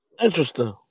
Interesting